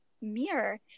Mirror